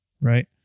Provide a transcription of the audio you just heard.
Right